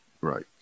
Right